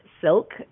Silk